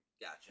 Gotcha